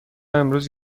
امروز